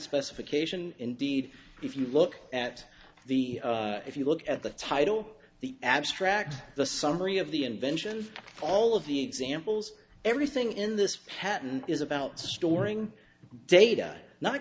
specification indeed if you look at the if you look at the title the abstract the summary of the invention all of the examples everything in this patent is about storing data not